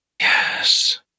yes